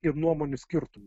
ir nuomonių skirtumą